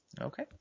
okay